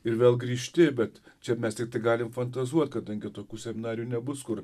ir vėl grįžti bet čia mes tiktai galim fantazuot kadangi tokių seminarijų nebus kur